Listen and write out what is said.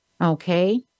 Okay